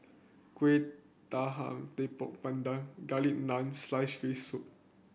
Kuih Talam Tepong Pandan Garlic Naan sliced fish soup